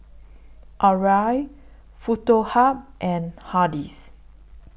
Arai Foto Hub and Hardy's